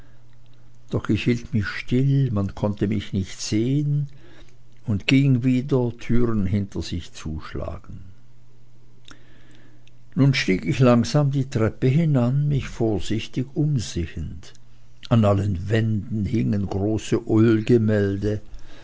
doch hielt ich mich still man konnte mich nicht sehen und ging wieder türen hinter sich zuschlagend nun stieg ich langsam die treppe hinan mich vorsichtig umsehend an allen wänden hingen große